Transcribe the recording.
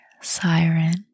siren